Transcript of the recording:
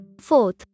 Fourth